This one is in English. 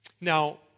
Now